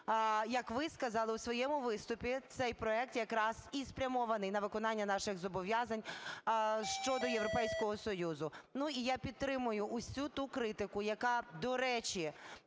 як ви сказали у своєму виступі, цей проект якраз і спрямований на виконання наших зобов'язань щодо Європейського Союзу. Ну, і я підтримаю усю ту критику, яка, до речі,